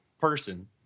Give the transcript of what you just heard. person